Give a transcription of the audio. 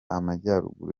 amajyaruguru